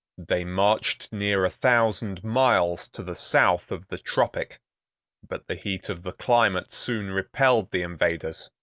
they marched near a thousand miles to the south of the tropic but the heat of the climate soon repelled the invaders,